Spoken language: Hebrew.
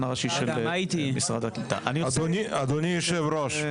אדוני היושב-ראש,